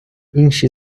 інші